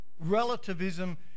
Relativism